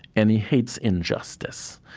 and he hates injustice.